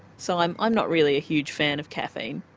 so i'm i'm not really a huge fan of caffeine.